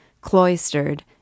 cloistered